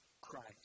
Christ